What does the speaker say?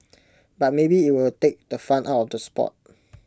but maybe IT will take the fun out of the Sport